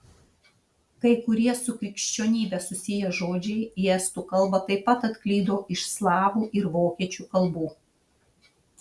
kai kurie su krikščionybe susiję žodžiai į estų kalbą taip pat atklydo iš slavų ir vokiečių kalbų